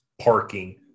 parking